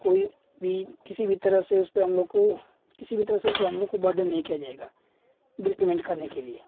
कोई भी किसी भी तरह से उस पर हम लोग को किसी भी तरह से हम लोग को बर्डेन नहीं किया जाएगा बिल पेमेंट करने के लिए